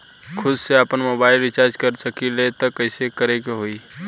खुद से आपनमोबाइल रीचार्ज कर सकिले त कइसे करे के होई?